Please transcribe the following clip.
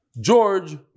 George